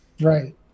Right